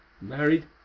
married